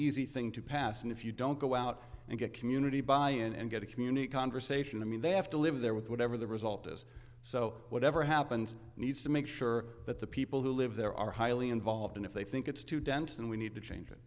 easy thing to pass and if you don't go out and get community buy in and get a community conversation i mean they have to live there with whatever the result is so whatever happens needs to make sure that the people who live there are highly involved and if they think it's too dense and we need to change it